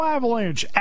Avalanche